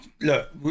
look